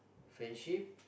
friendship